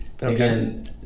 Again